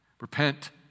repent